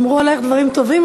אמרו עלייך דברים טובים,